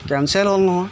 cancel হ'ল নহয়